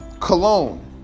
Cologne